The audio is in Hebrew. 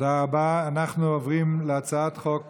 אנחנו עוברים להצבעה על הצעת חוק